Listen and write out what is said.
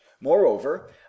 Moreover